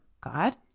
God